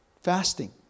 fasting